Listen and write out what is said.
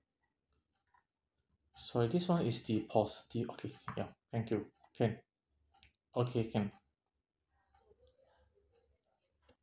sorry this [one] is the positive okay ya thank you can okay can